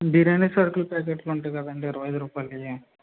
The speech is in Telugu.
బిర్యానీ సరుకులు ప్యాకెట్లు ఉంటాయి కదండీ ఇరవై ఐదు రూపాయలవి